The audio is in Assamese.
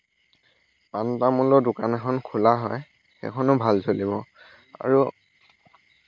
পাণ তামোলৰ দোকান এখন খোলা হয় সেইখনো ভাল চলিব আৰু